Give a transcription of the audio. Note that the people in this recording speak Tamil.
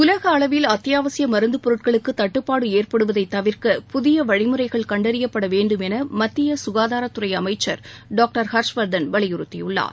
உலகளவில் அத்தியாவசிய மருந்து பொருட்களுக்கு தட்டுப்பாடு ஏற்படுவதைத் தவிர்க்க புதிய வழிமுறைகள் கண்டறியப்பட வேண்டும் என மத்திய குகாராரத்துறை அமைச்சர் டாக்டர் ஹர்ஷ்வர்தன் வலியுறத்தியுள்ளாார்